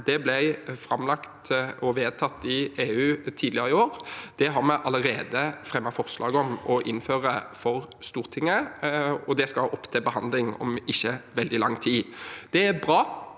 ble framlagt og vedtatt i EU tidligere i år. Det har vi allerede fremmet forslag for Stortinget om å innføre, og det skal opp til behandling om ikke veldig lang tid. Det er bra.